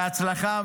בהצלחה,